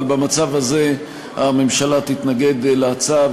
אבל במצב הזה הממשלה תתנגד להצעה,